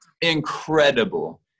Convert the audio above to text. incredible